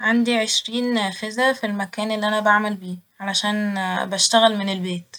عندي عشرين نافذة ف المكان اللي أنا بعمل بيه ، علشان بشتغل من البيت